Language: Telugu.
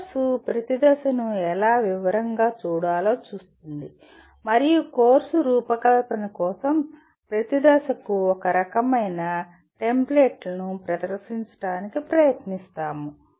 కోర్సు ప్రతి దశను ఎలా వివరంగా చూడాలో చూస్తుంది మరియు కోర్సు రూపకల్పన కోసం ప్రతి దశకు ఒక రకమైన టెంప్లెట్ ను ప్రదర్శించడానికి ప్రయత్నిస్తాము